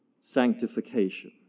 sanctification